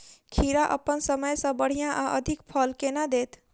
खीरा अप्पन समय सँ बढ़िया आ अधिक फल केना देत?